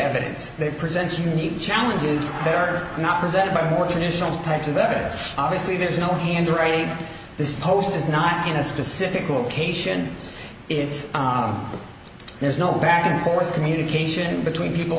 evidence that presents unique challenges they're not presented by more traditional types of evidence obviously there's no handwriting this post is not in a specific location it there's no back and forth communication between people